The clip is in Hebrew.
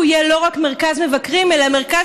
הוא יהיה לא רק מרכז מבקרים אלא מרכז